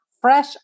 fresh